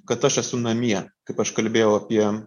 kad aš esu namie kaip aš kalbėjau apie